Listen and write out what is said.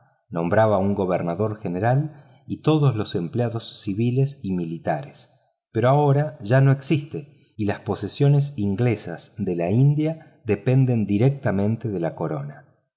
mal nombraba un gobernador general y todos los empleados civiles y militares pero ahora ya no existe y las posesiones inglesas de la india dependen directamente de la corona